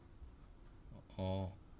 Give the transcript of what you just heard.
orh